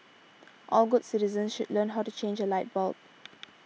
all good citizens should learn how to change a light bulb